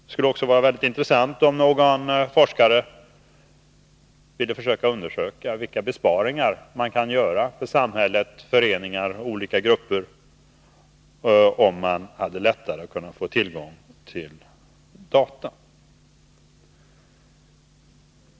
Det skulle också vara mycket intressant om någon forskare ville försöka undersöka vilka besparingar man kan göra för samhället, föreningar och olika grupper om man lättare har tillgång till data.